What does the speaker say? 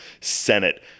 Senate